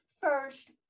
first